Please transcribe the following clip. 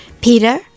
Peter